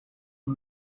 are